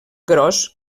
gros